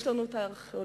יש לנו את הארכיאולוגיה,